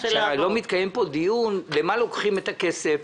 שלא מתקיים פה דיון ממה לוקחים את הכסף,